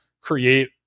create